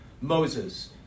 Moses